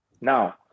Now